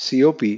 COP